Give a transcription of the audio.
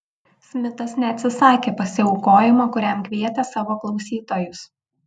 smitas neatsisakė pasiaukojimo kuriam kvietė savo klausytojus